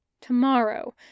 Tomorrow